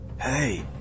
Hey